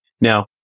Now